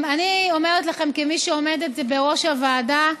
אני אומרת לכם, כמי שעומדת בראש הוועדה,